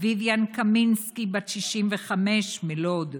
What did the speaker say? ויויאן קמינסקי, בת 65, מלוד,